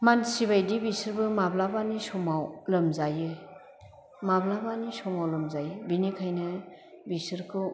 मानसि बायदि बिसोरबो माब्लाबानि समाव लोमजायो माब्लाबानि समाव लोमजायो बिनिखायनो बिसोरखौ